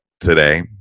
today